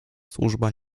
służba